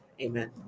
Amen